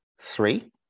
Three